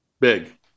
Big